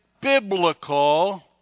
biblical